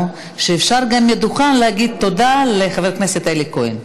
שאפשר גם מהדוכן להגיד: תודה לחבר הכנסת אלי כהן.